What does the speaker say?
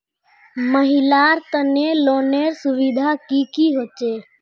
महिलार तने लोनेर सुविधा की की होचे?